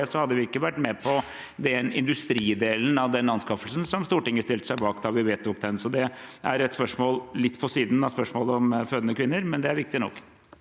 hadde vi ikke vært med på industridelen av den anskaffelsen som Stortinget stilte seg bak da vi vedtok den. Så det er et spørsmål litt på siden av spørsmålet om fødende kvinner, men det er viktig nok.